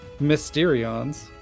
Mysterions